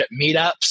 meetups